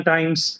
Times